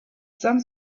some